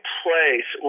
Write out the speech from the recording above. place